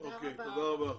תודה רבה.